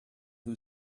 who